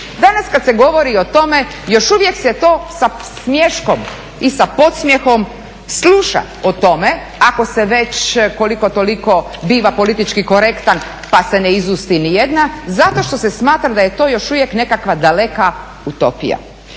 Danas kad se govori o tome još uvijek se to sa smiješkom i sa podsmijehom sluša o tome, ako se već koliko toliko biva politički korektan pa se ne izusti ni jedna, zato što se smatra da je to još uvijek nekakva daleka utopija.